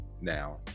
now